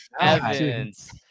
Evans